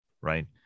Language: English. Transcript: Right